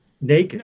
naked